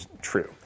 true